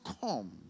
come